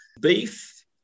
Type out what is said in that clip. Beef